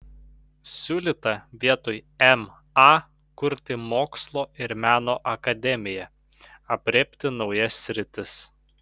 siūlyta vietoj ma kurti mokslo ir meno akademiją aprėpti naujas sritis